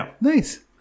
Nice